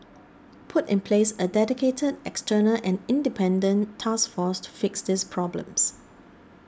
put in place a dedicated external and independent task force to fix these problems